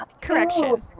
correction